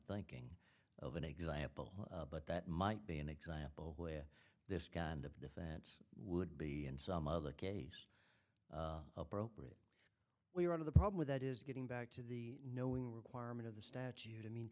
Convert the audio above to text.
thinking of an example but that might be an example where this guy and of defense would be in some other case appropriate we're out of the problem with that is getting back to the knowing requirement of the statute